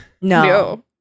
No